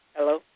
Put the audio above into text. Hello